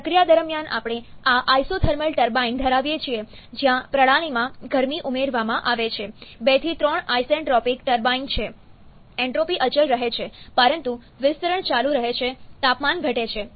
પ્રક્રિયા દરમિયાન આપણે આ આઇસોથર્મલ ટર્બાઇન ધરાવીએ છીએ જ્યાં પ્રણાલીમાં ગરમી ઉમેરવામાં આવે છે 2 થી 3 આઇસેન્ટ્રોપિક ટર્બાઇન છે એન્ટ્રોપી અચલ રહે છે પરંતુ વિસ્તરણ ચાલુ રહે છે તાપમાન ઘટે છે